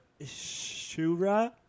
shura